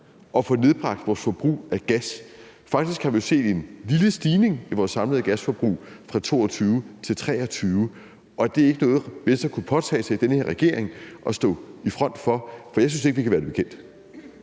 at få nedbragt vores forbrug af gas? Faktisk har vi set en lille stigning i vores samlede gasforbrug fra 2022 til 2023. Og er det ikke noget, som Venstre kunne påtage sig i den her regering at stå i front for? For jeg synes ikke, at vi kan være det bekendt.